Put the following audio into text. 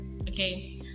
Okay